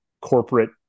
corporate